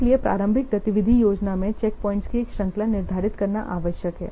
इसलिए प्रारंभिक गतिविधि योजना में चैकपॉइंट्स की एक श्रृंखला निर्धारित करना आवश्यक है